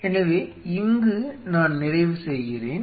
எனவே இங்கு நான் நிறைவு செய்கிறேன்